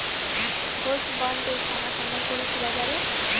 Gold bond এর টাকা কেমন করি তুলা যাবে?